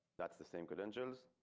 that's the same credentials.